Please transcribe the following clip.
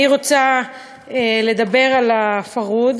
אני רוצה לדבר על ה"פרהוד".